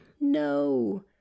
No